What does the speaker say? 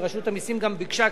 וגם רשות המסים ביקשה,